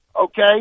okay